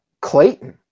Clayton